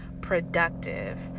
productive